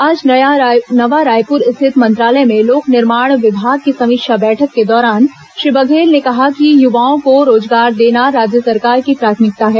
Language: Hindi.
आज नवा रायपुर स्थित मंत्रालय में लोक निर्माण विभाग की समीक्षा बैठक के दौरान श्री बघेल ने कहा कि युवाओं को रोजगार देना राज्य सरकार की प्राथमिकता हैं